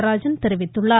நடராஜன் தெரிவித்துள்ளார்